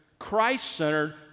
Christ-centered